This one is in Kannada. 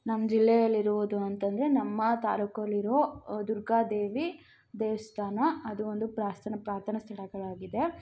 ನಮ್ಮ ಜಿಲ್ಲೆಯಲ್ಲಿರುವುದು ಅಂತಂದರೆ ನಮ್ಮ ತಾಲೂಕಲ್ಲಿರೋ ದುರ್ಗಾದೇವಿ ದೇವಸ್ಥಾನ ಅದು ಒಂದು ಪ್ರಾಸ್ಥನ ಪ್ರಾರ್ಥನಾ ಸ್ಥಳಗಳಾಗಿದೆ